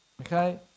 okay